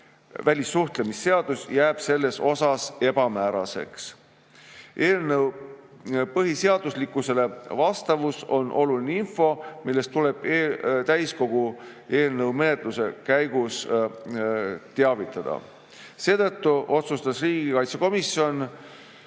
välissuhtlemisseadus jääb siin ebamääraseks. Eelnõu põhiseadusele vastavus on oluline info, millest tuleb täiskogu eelnõu menetluse käigus teavitada. Seetõttu otsustas riigikaitsekomisjon